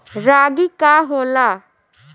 रागी का होला?